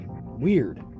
weird